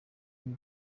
turi